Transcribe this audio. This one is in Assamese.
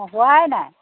হোৱাই নাই